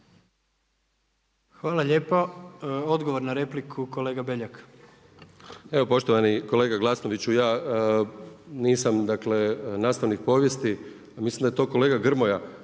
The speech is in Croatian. Hvala lijepo. Odgovor na repliku kolega Beljak. **Beljak, Krešo (HSS)** Evo poštovani kolega Glasnoviću ja nisam dakle nastavnik povijesti, mislim da je to kolega Grmoja,